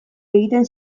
egiten